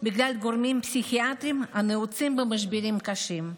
בגלל גורמים פסיכיאטריים הנעוצים במשברים קשים,